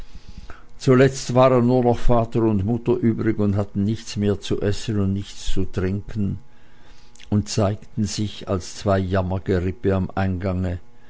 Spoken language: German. zuletzt waren nur noch vater und mutter übrig und hatten nichts mehr zu essen und nichts zu trinken und zeigten sich als zwei jammergerippe am eingange